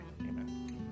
amen